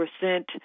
percent